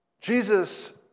Jesus